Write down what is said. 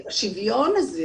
את השוויון הזה,